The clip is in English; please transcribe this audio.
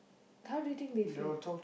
how do you think they feel